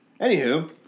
Anywho